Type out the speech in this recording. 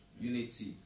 unity